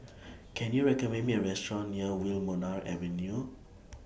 Can YOU recommend Me A Restaurant near Wilmonar Avenue